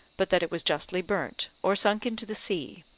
but that it was justly burnt, or sunk into the sea?